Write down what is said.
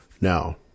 Now